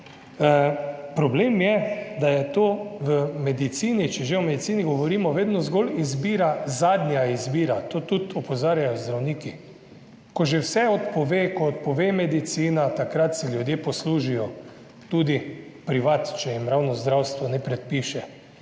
Problem je, da je to v medicini, če že o medicini govorimo, vedno zgolj izbira, zadnja izbira, to tudi opozarjajo zdravniki; ko že vse odpove, ko odpove medicina, takrat se ljudje poslužijo tudi privat, če jim ravno zdravstvo ne predpiše.